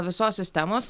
visos sistemos